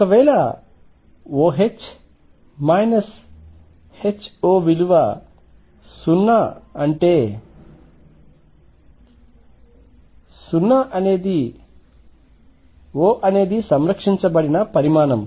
ఒకవేళ OH HO విలువ 0 అంటే O అనేది సంరక్షించబడిన పరిమాణం